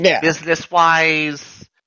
business-wise